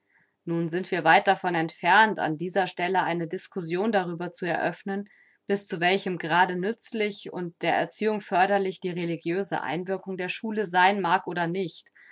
nun sind wir weit davon entfernt an dieser stelle eine discussion darüber zu eröffnen bis zu welchem grade nützlich und der erziehung förderlich die religiöse einwirkung der schule sein mag oder nicht